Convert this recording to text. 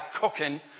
cooking